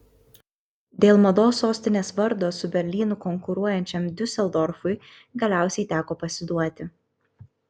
dėl mados sostinės vardo su berlynu konkuruojančiam diuseldorfui galiausiai teko pasiduoti